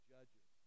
Judges